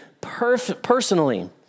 personally